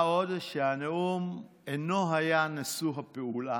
מה עוד שהנאום לא היה על מושא הפעולה,